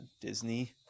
Disney